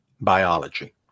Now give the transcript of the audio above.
biology